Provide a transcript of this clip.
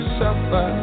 suffer